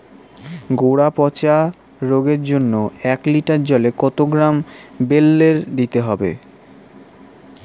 গোড়া পচা রোগের জন্য এক লিটার জলে কত গ্রাম বেল্লের দিতে হবে?